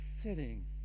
sitting